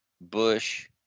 Bush